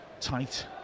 tight